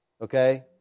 okay